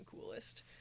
coolest